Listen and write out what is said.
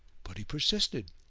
but he persisted,